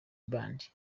band